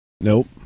Nope